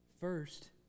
first